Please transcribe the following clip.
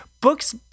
books